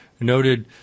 noted